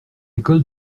école